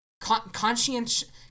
Conscientious